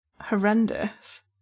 horrendous